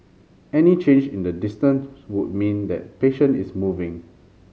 any change in the distance would mean that patient is moving